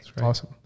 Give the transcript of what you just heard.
Awesome